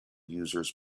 users